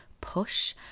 push